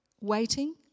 waiting